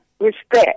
respect